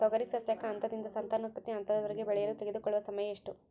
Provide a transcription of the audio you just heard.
ತೊಗರಿ ಸಸ್ಯಕ ಹಂತದಿಂದ ಸಂತಾನೋತ್ಪತ್ತಿ ಹಂತದವರೆಗೆ ಬೆಳೆಯಲು ತೆಗೆದುಕೊಳ್ಳುವ ಸಮಯ ಎಷ್ಟು?